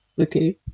okay